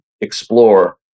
explore